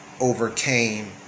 overcame